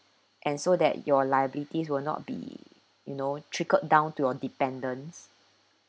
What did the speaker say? and so that your liabilities will not be you know trickled down to your dependents